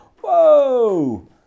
whoa